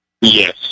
Yes